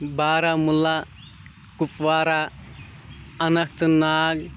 Baramulla Kupwara Anant Nag